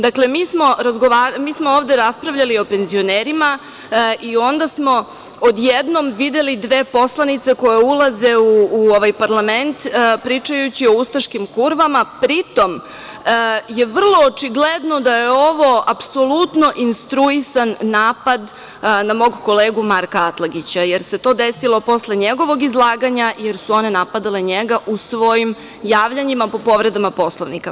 Dakle, mi smo ovde raspravljali o penzionerima i onda smo odjednom videli dve poslanice koje ulaze u parlament pričajući o ustaškim kurvama, pri tom je vrlo očigledno da je ovo apsolutno instruisan napad na mog kolegu Marka Atlagića, jer se to desilo posle njegovog izlaganja, jer su one napadale u njega u svojim javljanjima po povredama Poslovnika.